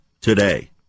today